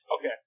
Okay